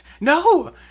No